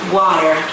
water